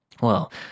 Well